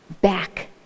back